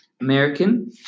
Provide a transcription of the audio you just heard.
American